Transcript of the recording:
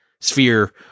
sphere